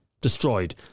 Destroyed